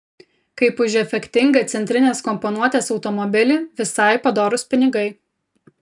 kaip už efektingą centrinės komponuotės automobilį visai padorūs pinigai